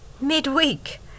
midweek